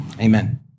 Amen